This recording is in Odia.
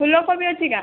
ଫୁଲକୋବି ଅଛି କାଏଁ